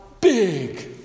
big